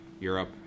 Europe